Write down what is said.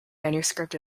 manuscript